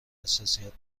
حساسیت